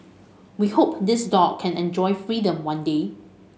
we hope this dog can enjoy freedom one day